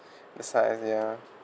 the size ya